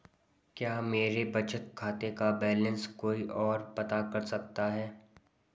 क्या मेरे बचत खाते का बैलेंस कोई ओर पता कर सकता है?